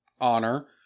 honor